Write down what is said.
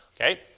Okay